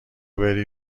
بری